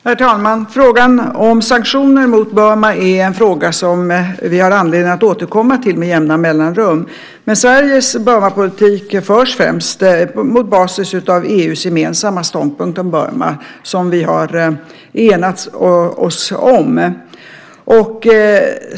Herr talman! Frågan om sanktioner mot Burma har vi anledning att återkomma till med jämna mellanrum. Sveriges Burmapolitik förs främst mot bakgrund av EU:s gemensamma ståndpunkt om Burma som vi har enats om.